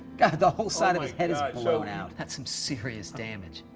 god, the whole side of his head is blown out. that's some serious damage.